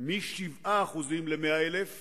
מ-7% ל-100,000